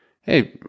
hey